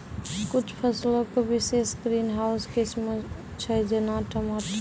कुछु फसलो के विशेष ग्रीन हाउस किस्म छै, जेना टमाटर